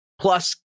plus